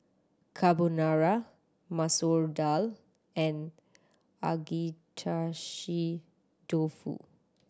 Carbonara Masoor Dal and Agedashi Dofu